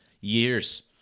Years